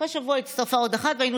אחרי שבוע הצטרפה עוד מנכ"לית והיינו